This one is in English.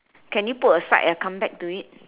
can you put aside and come back to it